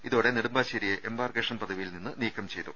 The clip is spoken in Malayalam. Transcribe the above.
ഇതോടെ നെടുമ്പാശ്ശേരിയെ എംബാർക്കേഷൻ പദവിയിൽനിന്ന് നീക്കം ചെയ്തു